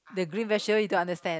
the green vegetable you don't understand